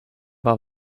war